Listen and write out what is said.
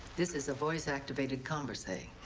this is a voice-activated conversay.